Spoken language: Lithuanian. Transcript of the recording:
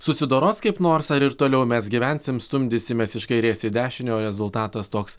susidoros kaip nors ar ir toliau mes gyvensim stumdysimės iš kairės į dešinę o rezultatas toks